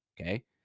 Okay